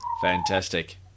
Fantastic